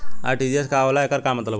RTGS का होला एकर का मतलब होला?